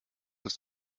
ist